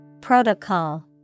Protocol